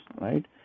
right